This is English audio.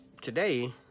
today